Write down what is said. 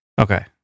Okay